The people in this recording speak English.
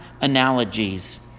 analogies